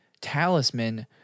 talisman